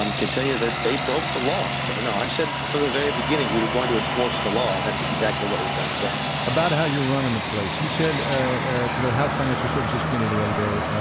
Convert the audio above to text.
um could tell you that they broke the law. so no, i've said from the very beginning we were going to enforce the law. that's exactly what we've done today about how you were running the place you said ah to the house financial services committee the other day,